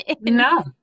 No